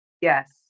yes